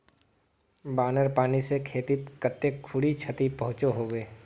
बानेर पानी से खेतीत कते खुरी क्षति पहुँचो होबे?